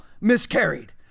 miscarried